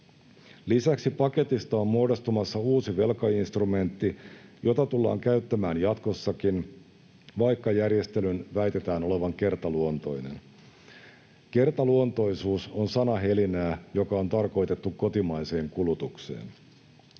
Lisäksi paketista on muodostumassa uusi velkainstrumentti, jota tullaan käyttämään jatkossakin, vaikka järjestelyn väitetään olevan kertaluontoinen. Kertaluontoisuus on sanahelinää, joka on tarkoitettu kotimaiseen kulutukseen.